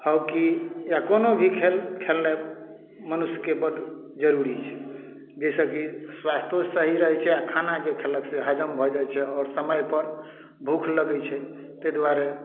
hockey या कोनो भी खेल खेलनाइ मनुष्यके बड जरूरी छै जाहिसँ कि स्वास्थ्यो सही रहै छै आ खाना जे खेलक से हजम भऽ जाइ छै आओर समय पर भूख लगै छै ताहि दुआरे